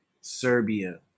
Serbia